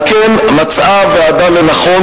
על כן מצאה הוועדה לנכון,